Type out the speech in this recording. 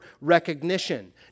recognition